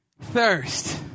thirst